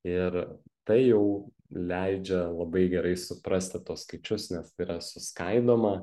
ir tai jau leidžia labai gerai suprasti tuos skaičius nes tai yra suskaidoma